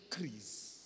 increase